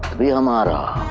real murderer.